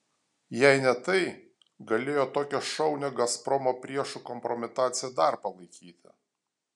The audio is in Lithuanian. jei ne tai galėjo tokią šaunią gazpromo priešų kompromitaciją dar palaikyti